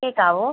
കേൾക്കാമോ